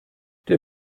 der